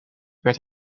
werd